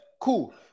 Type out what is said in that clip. Cool